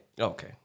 okay